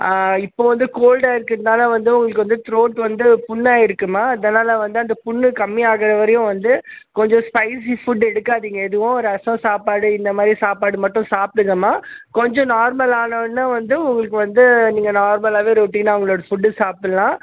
இப்போ வந்து கோல்டாக இருக்கிறதுனால வந்து உங்களுக்கு வந்து த்ரோட் வந்து புண்ணாயிருக்கும்மா அதனால் வந்து அந்த புண்ணு கம்மியாகிற வரையும் வந்து கொஞ்சம் ஸ்பைஸி ஃபுட்டு எடுக்காதிங்க எதுவும் ரசம் சாப்பாடு இந்த மாதிரி சாப்பாடு மட்டும் சாப்பிடுங்கம்மா கொஞ்சம் நார்மல்லானோனே வந்து உங்களுக்கு வந்து நீங்கள் நார்மலாகவே ரொட்டீனா உங்ளோட ஃபுட்டு சாப்பிட்லாம்